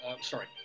sorry